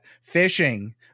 fishing